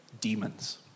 demons